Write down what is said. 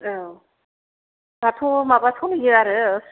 औ दाथ' माबा सलियो आरो